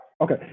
okay